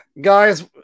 guys